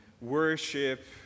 worship